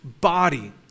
body